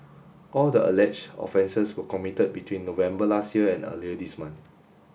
all the alleged offences were committed between November last year and earlier this month